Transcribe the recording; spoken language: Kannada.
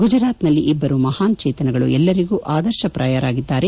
ಗುಜರಾತ್ನಲ್ಲಿ ಇಬ್ಬರು ಮಹಾನ್ ಚೇತನಗಳು ಎಲ್ಲರಿಗೂ ಆದರ್ಶಪ್ರಾಯರಾಗಿದ್ದಾರೆ